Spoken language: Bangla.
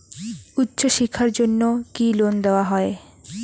উচ্চশিক্ষার জন্য কি লোন দেওয়া হয়?